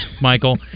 Michael